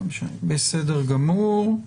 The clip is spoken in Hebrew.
אתה השותף הבכיר שלי בוועדה.